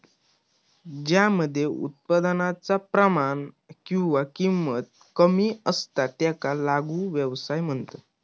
ज्या मध्ये उत्पादनाचा प्रमाण किंवा किंमत कमी असता त्याका लघु व्यवसाय म्हणतत